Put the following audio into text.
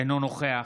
אינו נוכח